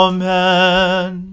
Amen